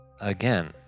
again